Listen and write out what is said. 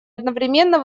одновременно